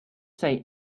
say